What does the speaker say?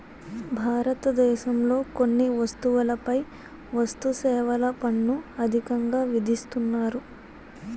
భారతదేశంలో కొన్ని వస్తువులపై వస్తుసేవల పన్ను అధికంగా విధిస్తున్నారు